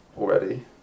already